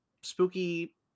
spooky